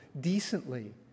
decently